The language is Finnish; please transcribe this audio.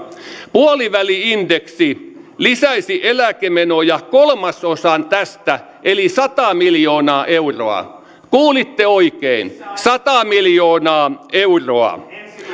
puoliväli indeksi lisäisi eläkemenoja kolmasosan tästä eli sata miljoonaa euroa kuulitte oikein sata miljoonaa euroa